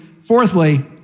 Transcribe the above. fourthly